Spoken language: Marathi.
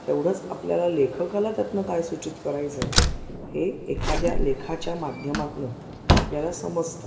तेवढंच आपल्याला लेखकाला त्यातून काय सूचित करायचं आहे हे एखाद्या लेखाच्या माध्यमातून आपल्याला समजतं